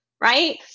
right